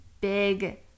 big